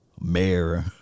mayor